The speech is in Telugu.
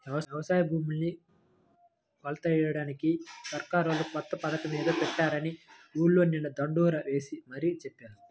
యవసాయ భూముల్ని కొలతలెయ్యడానికి సర్కారోళ్ళు కొత్త పథకమేదో పెట్టారని ఊర్లో నిన్న దండోరా యేసి మరీ చెప్పారు